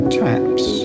taps